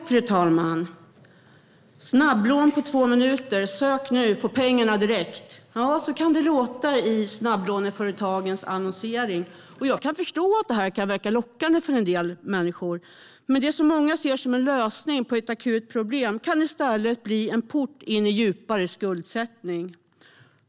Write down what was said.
Fru talman! "Snabblån på två minuter." "Sök nu och få pengarna direkt." Ja, så kan det låta i snabblåneföretagens annonsering. Jag kan förstå att det kan verka lockande för en del människor. Men det som många ser som en lösning på ett akut problem kan i stället bli en port in i djupare skuldsättning.